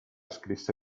scrisse